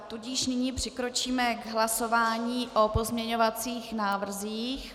Tudíž nyní přikročíme k hlasování o pozměňovacích návrzích.